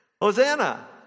Hosanna